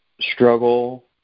struggle